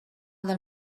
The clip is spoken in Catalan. del